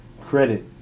credit